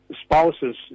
spouses